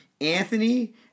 Anthony